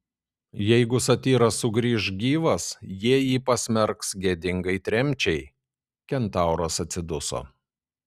jeigu satyras sugrįš gyvas jie jį pasmerks gėdingai tremčiai kentauras atsiduso